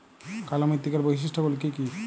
কালো মৃত্তিকার বৈশিষ্ট্য গুলি কি কি?